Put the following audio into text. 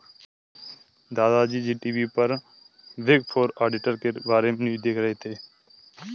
दादा जी टी.वी पर बिग फोर ऑडिटर के बारे में न्यूज़ देख रहे थे